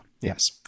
Yes